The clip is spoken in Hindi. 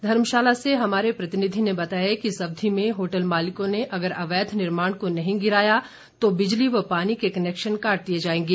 धर्मशाला से हमारे प्रतिनिधि ने बताया कि इस अवधि में होटल मालिकों ने अगर अवैध निर्माण को नहीं गिराया गया तो बिजली व पानी के कनैक्शन काट दिए जाएंगे